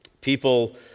People